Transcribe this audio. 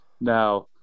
now